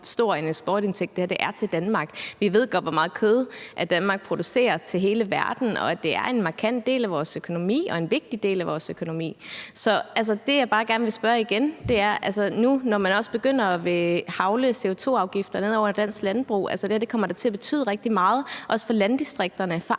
hvor stor en eksportindtægt det er til Danmark. Vi ved godt, hvor meget kød Danmark producerer til hele verden, og at det er en markant del af vores økonomi og en vigtig del af vores økonomi. Så det, jeg bare gerne vil sige, når man nu begynder at ville lade CO2-afgifter hagle ned over dansk landbrug, er, at det her da også kommer til at betyde rigtig meget for landdistrikterne